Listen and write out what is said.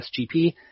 SGP